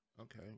Okay